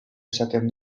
esaten